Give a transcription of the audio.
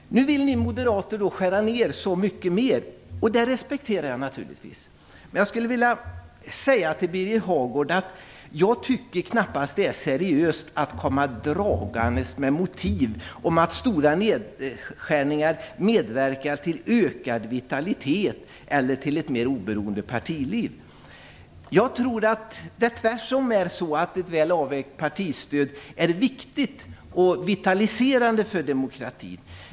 Nu vill ni moderater skära ned så mycket mer. Det respekterar jag naturligtvis. Men jag skulle vilja säga till Birger Hagård att jag tycker att det knappast är seriöst att komma dragandes med motiv att stora nedskärningar medverkar till ökad vitalitet eller ett mer oberoende partiliv. Jag tror att det tvärtom är så att ett väl avvägt partistöd är viktigt och vitaliserande för demokratin.